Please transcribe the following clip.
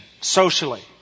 socially